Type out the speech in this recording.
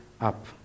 up